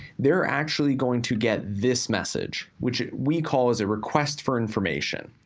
they're actually going to get this message, which we call as a request for information.